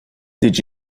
did